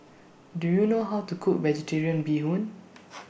Do YOU know How to Cook Vegetarian Bee Hoon